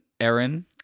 Aaron